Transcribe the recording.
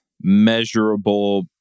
measurable